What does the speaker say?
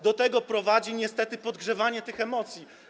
Do tego prowadzi, niestety, podgrzewanie tych emocji.